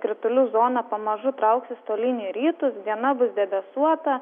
kritulių zona pamažu trauksis tolyn į rytus diena bus debesuota